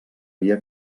havia